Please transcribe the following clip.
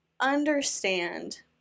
understand